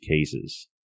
cases